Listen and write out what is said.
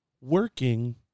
working